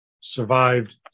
survived